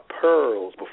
pearls